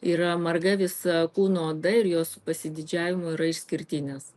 yra marga visa kūno oda ir jos su pasididžiavimu yra išskirtinės